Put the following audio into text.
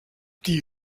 die